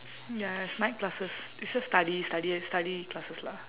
ya it's night classes it's just study study study classes lah